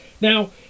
Now